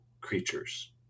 creatures